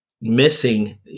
missing